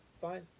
fine